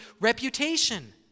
reputation